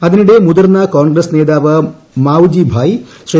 അതിനിടെ മുതിർന്ന കോൺഗ്രസ് നേതാവ് മാവ്ജിഭായ് ശ്രീ